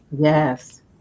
Yes